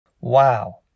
Wow